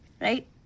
right